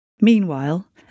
Meanwhile